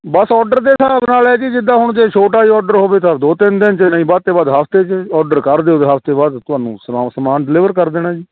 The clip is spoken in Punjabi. ਬਸ ਔਡਰ ਦੇ ਹਿਸਾਬ ਨਾਲ਼ ਹੈ ਜੀ ਜਿੱਦਾਂ ਹੁਣ ਜੇ ਛੋਟਾ ਜਾ ਔਡਰ ਹੋਵੇ ਤਾਂ ਦੋ ਤਿੰਨ ਦਿਨ 'ਚ ਨਹੀਂ ਵੱਧ ਤੋਂ ਵੱਧ ਹਫ਼ਤੇ 'ਚ ਔਡਰ ਕਰ ਦਿਓ ਹਫ਼ਤੇ ਬਾਅਦ ਤੁਹਾਨੂੰ ਸੁਣਾਓ ਸਮਾਨ ਡਿਲੀਵਰ ਕਰ ਦੇਣਾ ਜੀ